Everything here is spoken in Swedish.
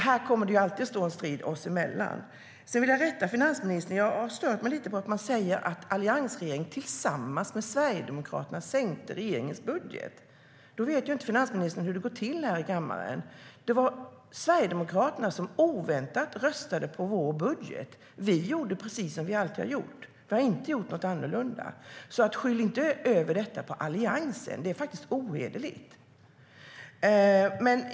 Här kommer det alltid att stå en strid oss emellan. Låt mig rätta finansministern. Jag stör mig lite på att hon säger att alliansregeringen tillsammans med Sverigedemokraterna sänkte regeringens budget. Då vet finansministern inte hur det går till i kammaren. Sverigedemokraterna röstade oväntat på vår budget. Vi gjorde precis som vi alltid har gjort; vi gjorde inget annorlunda. Skyll inte detta på Alliansen! Det är ohederligt.